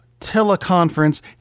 teleconference